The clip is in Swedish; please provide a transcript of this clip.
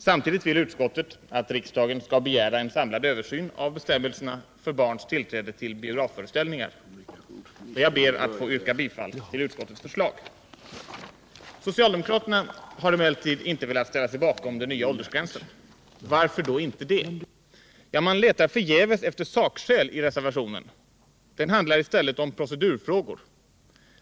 Samtidigt vill utskottet att riksdagen skall begära en samlad översyn av. bestämmelserna för barns tillträde till biografföreställningar. Jag ber att få yrka bifall till utskottets förslag. Socialdemokraterna har emellertid inte velat ställa sig bakom den nya åldersgränsen. Varför då inte det? Ja, man letar förgäves efter sakskäl i reservationen. Det handlar i stället om procedurfrågor.